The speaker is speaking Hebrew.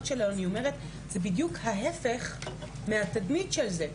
שלו אני אומרת : זה בדיוק ההפך מהתדמית של זה,